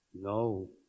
No